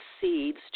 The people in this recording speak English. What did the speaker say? seeds